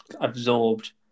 absorbed